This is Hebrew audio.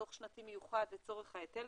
דוח שנתי מיוחד לצורך ההיטל,